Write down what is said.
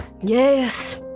Yes